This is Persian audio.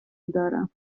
دارم